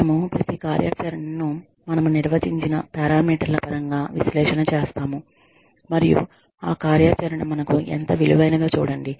మనము ప్రతి కార్యాచరణను మనము నిర్వచించిన పారామీటర్ల పరంగా విశ్లేషణ చేస్తాము మరియు ఆ కార్యాచరణ మనకు ఎంత విలువైనదో చూడండి